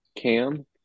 Cam